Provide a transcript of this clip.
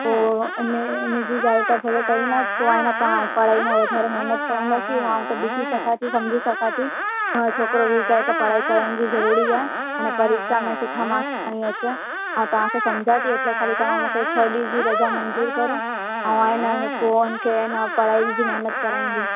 पोइ इन इनजी ॻाल्हि तव्हां भले करे पोइ आहे न पाण पढ़ाईअ में वधारे महिनत कराईंदासीं आउं त ॾिसी सघां थी समुझी सघां थी मुंहिंजो छोकिरो वीक आहे त पढ़ाई कराइणु बि ज़रूरी आहे अने परीक्षा में सुठा माक्स खणी अचे मां तव्हांखे समुझां थी एटले ख़ाली तव्हां मूंखे छह ॾींह जी रज़ा मंज़ूरु करो ऐं आहे न पोइ इनखे आहे न पढ़ाई जी महिनत कराईंदी